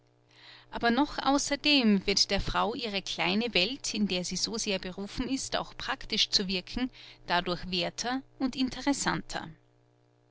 aber noch außerdem wird der frau ihre kleine welt in der sie so sehr berufen ist auch praktisch zu wirken dadurch werther und interessanter